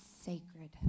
sacred